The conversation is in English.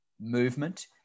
movement